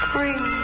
Bring